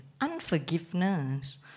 Unforgiveness